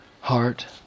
heart